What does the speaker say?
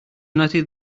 nothing